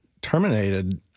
terminated